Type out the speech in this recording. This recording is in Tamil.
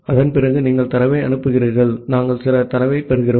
அதன்பிறகு நீங்கள் தரவை அனுப்புகிறீர்கள் நாங்கள் சில தரவைப் பெறுகிறோம்